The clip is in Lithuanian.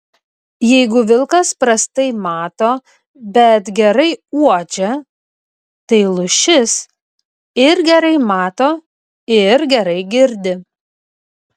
jeigu vilkas prastai mato bet gerai uodžia tai lūšis ir gerai mato ir gerai girdi